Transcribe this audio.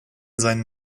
seinen